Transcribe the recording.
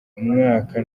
mwaka